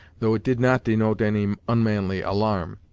though it did not denote any unmanly alarm,